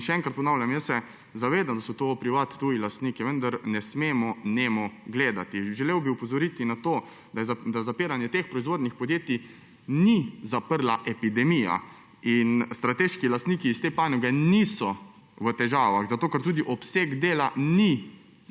Še enkrat ponavljam, jaz se zavedam, da so to tuji lastniki, vendar ne smemo nemo gledati. Želel bi opozoriti na to, da teh proizvodnih podjetij ni zaprla epidemija in strateški lastniki iz te panoge niso v težavah, ker tudi obseg dela ni